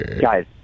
Guys